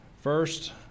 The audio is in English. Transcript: First